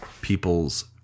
people's